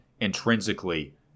intrinsically